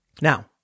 Now